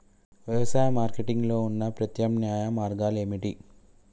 వ్యవసాయ మార్కెటింగ్ లో ఉన్న ప్రత్యామ్నాయ మార్గాలు ఏమిటి?